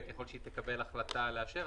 וככל שהיא תקבל החלטה לאשר,